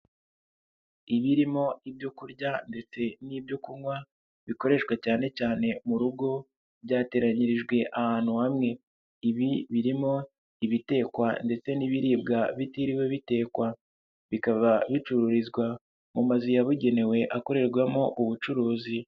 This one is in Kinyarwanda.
Ibirimo ibyo kurya ndetse n'ibyokunywa bikoreshwa cyanecyane mu rugo byateranyirijwe ahantu hamwe, ibi birimo ibitekwa ndetse n'ibiribwa bitiriwe bitekwa bikaba bicururizwa mu mazu yabugenewe akorerwamo ubucuruzi.